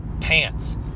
pants